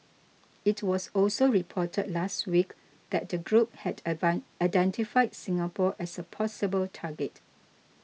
it was also reported last week that the group had identified Singapore as a possible target